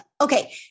okay